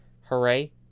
Hooray